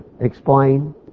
explain